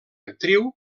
actriu